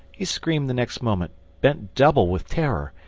he screamed the next moment, bent double with terror,